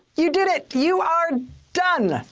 you did it. you are done.